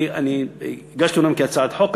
אומנם הגשתי את זה כהצעת חוק,